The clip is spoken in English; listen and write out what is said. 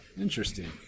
interesting